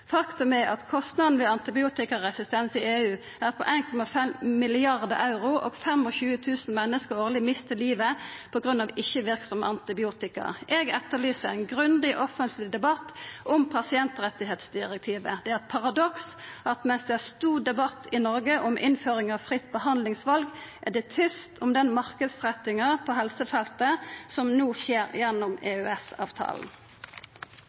Faktum er at kostnaden ved antibiotikaresistens i EU er på 1,5 mrd. euro, og at 25 000 menneske årleg mistar livet på grunn av ikkje-verksam antibiotika. Eg etterlyser ein grundig offentleg debatt om pasientrettsdirektivet. Det er eit paradoks at mens det er stor debatt i Noreg om innføring av fritt behandlingsval, er det tyst om den marknadsrettinga på helsefeltet som no skjer gjennom